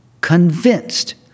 convinced